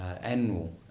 annual